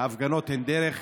הפגנות הן דרך